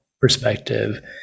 perspective